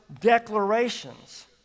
declarations